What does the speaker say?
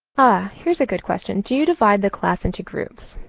ah here's a good question. do you divide the class into groups?